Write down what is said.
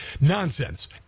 nonsense